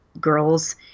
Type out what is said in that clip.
girls